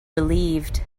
relieved